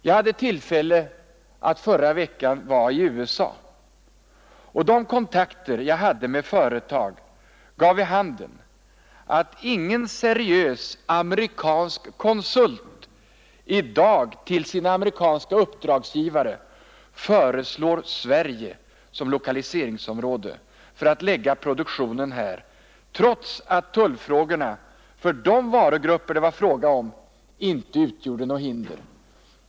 Jag hade tillfälle att förra veckan besöka USA, och de kontakter jag hade med företag gav vid handen att ingen seriös amerikansk konsult i dag inför sin amerikanska uppdragsgivare föreslår Sverige som lokaliseringsområde för att lägga produktionen här, trots att tullfrågorna för de varugrupper det var fråga om inte utgjorde något hinder.